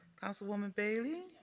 councilwoman bailey.